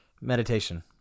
meditation